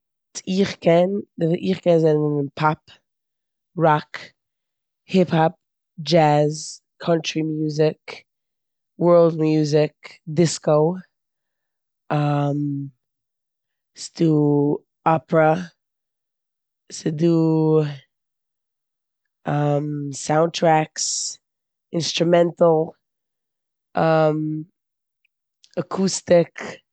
איך קען- וויפיל איך קען זענען פאפ, ראק, היפ-האפ, דשעז, קאנטרי מוזיק, ווארלד מוזיק, דיסקא, ס'דא אפרא, ס'דא סאונד טרעקס, אינסטראמענטעל, עקוסטיק.